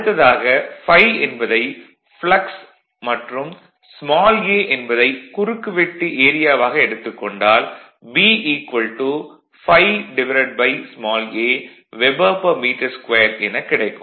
அடுத்ததாக ∅ என்பதை ப்ளக்ஸ் மற்றும் ஸ்மால் a என்பதைக் குறுக்கு வெட்டு ஏரியாவாக எடுத்துக் கொண்டால் B ∅a Wbm2 எனக் கிடைக்கும்